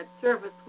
service